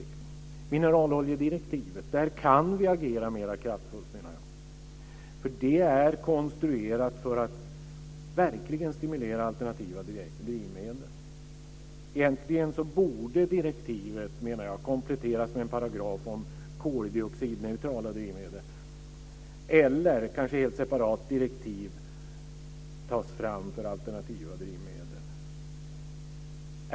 Vad gäller mineraloljedirektivet menar jag att vi kan agera mera kraftfullt. Det är konstruerat för att verkligen stimulera alternativa drivmedel. Jag menar att direktivet egentligen borde kompletteras med en paragraf om koldioxidneutrala drivmedel eller kanske att ett separat direktiv borde tas fram för alternativa drivmedel.